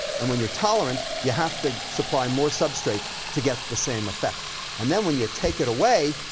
and when you're tolerant, you have to supply more substrate to get the same effect. and then when you take it away,